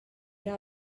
era